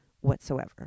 whatsoever